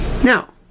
Now